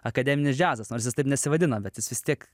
akademinis džiazas nors jis taip nesivadina bet jis vis tiek